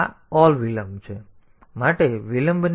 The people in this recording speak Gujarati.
તેથી આ aall વિલંબ